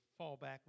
fallback